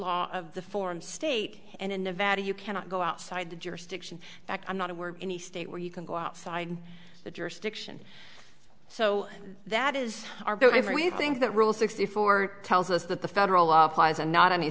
law of the form state and in nevada you cannot go outside the jurisdiction act i'm not aware of any state where you can go outside the jurisdiction so that is if we think that rule sixty four tells us that the federal law flies and not